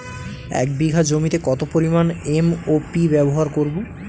এক বিঘা জমিতে কত পরিমান এম.ও.পি ব্যবহার করব?